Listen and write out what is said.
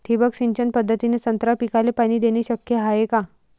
ठिबक सिंचन पद्धतीने संत्रा पिकाले पाणी देणे शक्य हाये का?